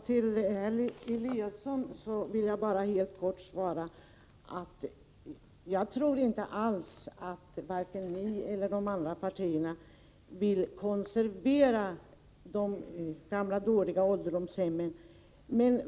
Herr talman! Herr Eliasson vill jag helt kort svara att jag inte alls tror att vare sig han eller de som tillhör de andra partierna vill konservera de gamla dåliga ålderdomshemmen.